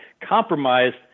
compromised